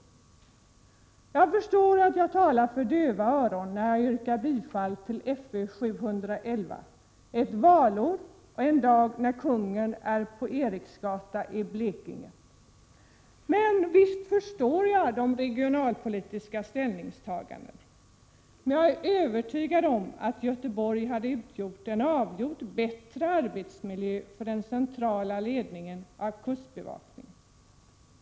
19 maj 1988 Jag förstår att jag talar för döva öron när jag yrkar på bifall till motion Fö711 under ett valår och en dag när kungen är på Eriksgata i Blekinge, Visst förstår jag det regionalpolitiska ställningstagandet, men jag är övertygad om att Göteborg hade utgjort en avsevärt bättre arbetsmiljö för den centrala ledningen av kustbevakningen.